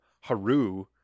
Haru